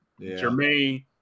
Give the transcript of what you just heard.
jermaine